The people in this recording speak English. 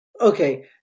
Okay